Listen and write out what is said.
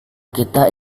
kita